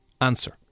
answer